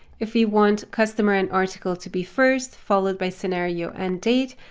if we want customer and article to be first followed by scenario and date.